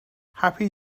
happy